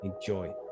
Enjoy